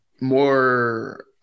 more